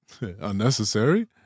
unnecessary